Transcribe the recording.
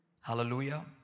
Hallelujah